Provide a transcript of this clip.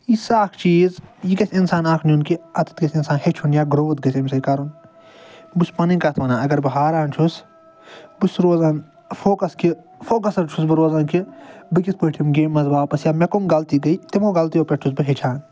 یہِ چھِ سُہ اکھ چیٖز یہِ گَژھِ اِنسان اَکھ نیُن کہِ اَتٮ۪تھ گَژھِ اِنسان ہیٚچھُن یا گرٛوتھ گَژھِ اَمہِ سۭتۍ کَرُن بہٕ چھُس پنٕنۍ کَتھ وَنان اگر بہٕ ہاران چھُس بہٕ چھُس روزان فوکَس کہِ فوکَسٕڈ چھُس بہٕ روزان کہِ بہٕ کِتھ پٲٹھۍ یِم گیمہِ منٛز واپس یا مےٚ کِم غلطی گٔے تِمو غلطِیو پٮ۪ٹھ چھُس بہٕ ہیٚچھان